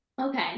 Okay